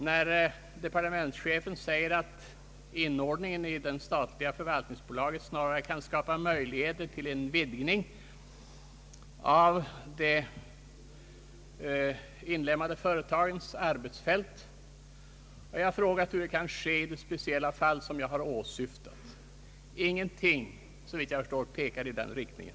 När departementschefen säger att inordningen i det statliga förvaltningsbolaget snarare kan skapa möjligheter till en vidgning av de inlemmade företagens arbetsfält, frågar man sig hur detta skulle ske i det speciella fall som jag har åsyftat. Ingenting, så vitt jag förstår, pekar i den riktningen.